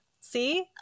See